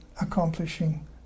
accomplishing